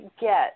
get